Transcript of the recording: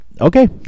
Okay